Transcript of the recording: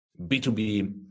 b2b